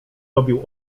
robił